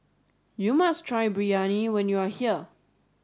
you must try Biryani when you are here